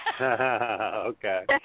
Okay